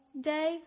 day